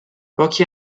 pochi